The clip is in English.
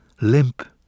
limp